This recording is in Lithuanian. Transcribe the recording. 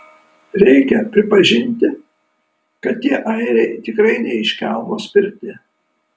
reikia pripažinti kad tie airiai tikrai ne iš kelmo spirti